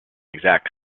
exact